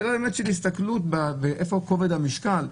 זאת שאלה של הסתכלות, היכן כובד המשקל.